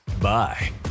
Bye